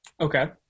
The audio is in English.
Okay